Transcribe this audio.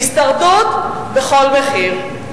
הישרדות בכל מחיר.